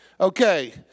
Okay